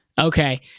Okay